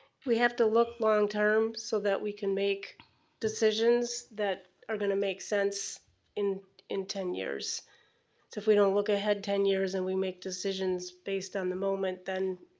we have to look long term, so that we can make decisions that are gonna make sense in in ten years. cause if we don't look ahead ten years and we make decisions based on the moment, then